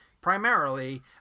primarily